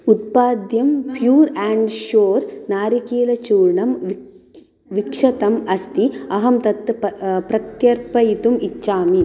उत्पाद्यं pure and sure नारिकेलचूर्णम् विक् विक्षतम् अस्ति अहं तत् प प्रत्यर्पयितुम् इच्छामि